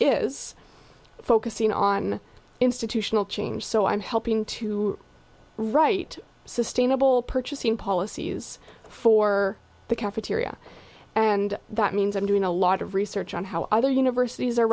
is focusing on institutional change so i'm helping to write sustainable purchasing policies for the cafeteria and that means i'm doing a lot of research on how other universities are